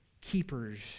keepers